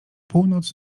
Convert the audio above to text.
północ